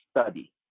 study